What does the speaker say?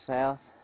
South